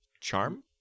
Charm